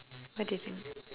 what do you think